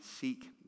seek